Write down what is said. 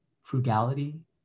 frugality